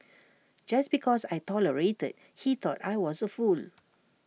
just because I tolerated he thought I was A fool